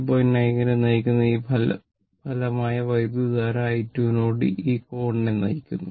9o നെ നയിക്കുന്ന ഈ ഫലമായ വൈദ്യുതധാര i2 നോട് ഈ കോണിനെ നയിക്കുന്നു